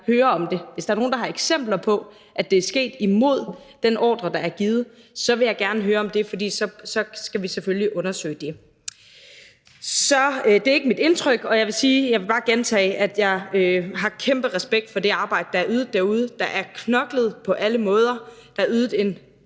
høre om det. Hvis der er nogen, der har eksempler på, at det er sket imod den ordre, der er givet, vil jeg gerne høre om det, for så skal vi selvfølgelig undersøge det. Det er ikke mit indtryk, og jeg vil bare gentage, at jeg har kæmpe respekt for det arbejde, der er ydet derude. Der er knoklet på alle måder. Der er ydet en